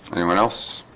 anyone else